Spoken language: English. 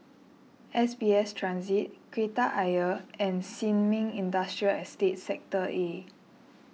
S B S Transit Kreta Ayer and Sin Ming Industrial Estate Sector A